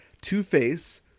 two-face